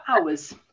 hours